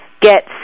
get